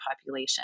population